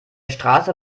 straße